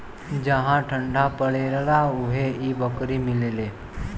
जहा ठंडा परेला उहे इ बकरी मिलेले